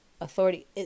authority